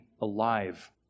alive